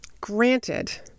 granted